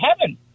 heaven